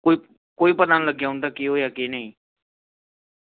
कोई पता निं लग्गेआ उंदा केह् होआ केह् नेईं